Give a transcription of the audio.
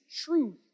truth